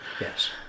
yes